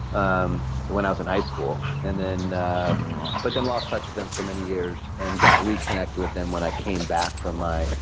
um when i was in high school, and ah but then lost touch with them for many years and got reconnected with them when i came back from my